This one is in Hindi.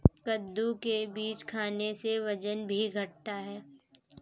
कद्दू के बीज खाने से वजन भी घटता है